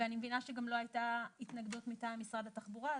ואני מבינה שגם לא הייתה התנגדות מטעם משרד התחבורה.